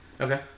Okay